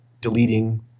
deleting